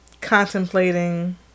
contemplating